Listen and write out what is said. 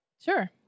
Sure